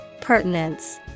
Pertinence